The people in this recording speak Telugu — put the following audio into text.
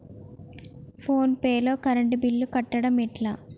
ఫోన్ పే లో కరెంట్ బిల్ కట్టడం ఎట్లా?